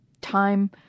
Time